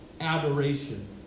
adoration